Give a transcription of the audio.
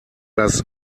das